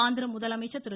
ஆந்திர முதலமைச்சர் திரு